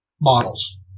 models